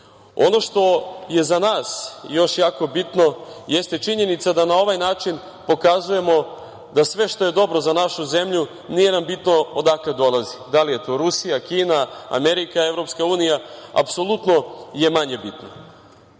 što je za nas jako bitno jeste činjenica da na ovaj način pokazujemo da sve što je dobro za našu zemlju nije nam bitno odakle dolazi, da li je to Rusija, Kina, Amerika, Evropska unija, apsolutno je manje bitno. Ono